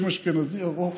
שם אשכנזי ארוך,